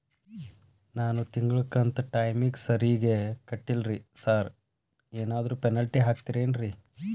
ನಾನು ತಿಂಗ್ಳ ಕಂತ್ ಟೈಮಿಗ್ ಸರಿಗೆ ಕಟ್ಟಿಲ್ರಿ ಸಾರ್ ಏನಾದ್ರು ಪೆನಾಲ್ಟಿ ಹಾಕ್ತಿರೆನ್ರಿ?